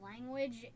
language